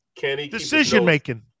Decision-making